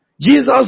Jesus